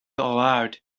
aloud